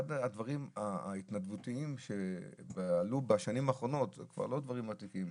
אחד הדברים ההתנגדותיים שעלו בשנים האחרונות זה כבר לא דברים עתידיים.